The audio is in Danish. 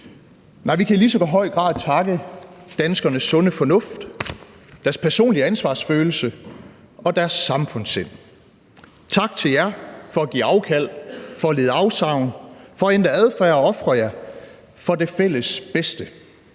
vi kan i lige så høj grad takke for danskernes sunde fornuft, for deres personlige ansvarsfølelse og deres samfundssind. Tak til jer for at give afkald, for at lide afsavn, for at ændre adfærd og ofre jer for det fælles bedste.